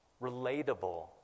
relatable